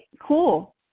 Cool